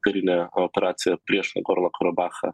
karinę operaciją prieš nagorno karabachą